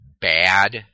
bad